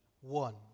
One